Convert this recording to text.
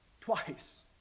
twice